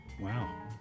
Wow